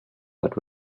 but